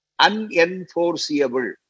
unenforceable